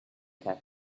cat